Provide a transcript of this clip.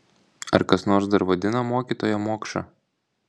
ar kas nors dar vadina mokytoją mokša